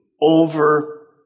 over